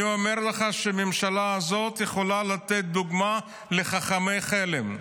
אני אומר לך שהממשלה הזו יכולה לתת דוגמה לחכמי חלם.